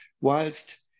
whilst